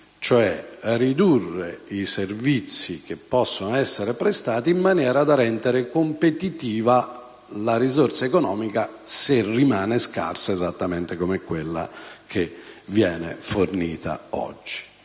cioè ridurre i servizi che possono essere prestati, in maniera da rendere competitiva la risorsa economica, se rimane scarsa come quella che viene fornita oggi.